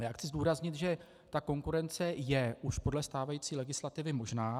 Chci zdůraznit, že konkurence je už podle stávající legislativy možná.